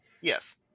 Yes